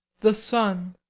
the sun.